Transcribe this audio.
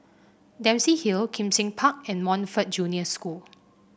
Dempsey Hill Kim Seng Park and Montfort Junior School